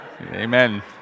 Amen